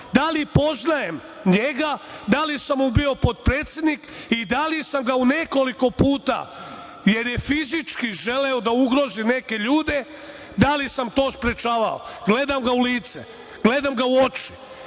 da li poznajem njega, da li sam mu bio potpredsednik i da li sam ga u nekoliko puta, jer je fizički želeo da ugrozi neke ljude, da li sam to sprečavao? Gledam ga u lice. Gledam ga u oči. Da